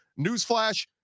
Newsflash